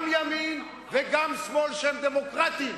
גם ימין וגם שמאל שהם דמוקרטים,